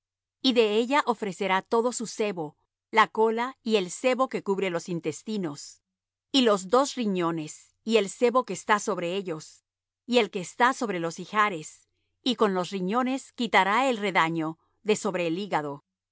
encendida á jehová el sebo que cubre los intestinos y todo el sebo que está sobre las entrañas y los dos riñones y el sebo que está sobre ellos y el que está sobre los ijares y con los riñones quitará el redaño de sobre el hígado